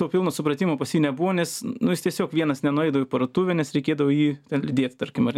to pilno supratimo pas jį nebuvo nes nu jis tiesiog vienas nenueidavo į parduotuvę nes reikėdavo jį ten lydėt tarkim ar ne